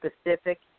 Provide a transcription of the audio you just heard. specific